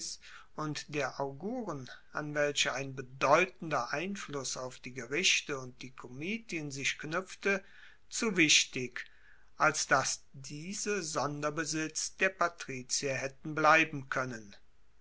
und der augurn an welche ein bedeutender einfluss auf die gerichte und die komitien sich knuepfte zu wichtig als dass diese sonderbesitz der patrizier haetten bleiben koennen